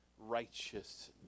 righteous